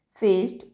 faced